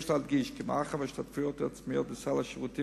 יש להדגיש כי מאחר שההשתתפויות העצמיות בסל השירותים